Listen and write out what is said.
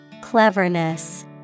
Cleverness